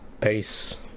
peace